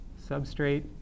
substrate